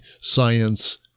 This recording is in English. science